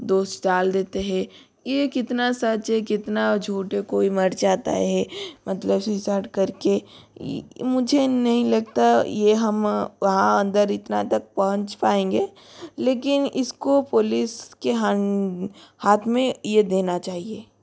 दोष डाल देता है ये कितना सच हैं कितना झूठ है कोई मर जाता है मतलब सुसाइड कर के मुझे नहीं लगता ये हम वहाँ अगर इतना तक पहुंच पाएंगे लेकिन इसको पुलिस के हाथ में ये देना चाहिए